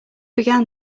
began